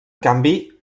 canvi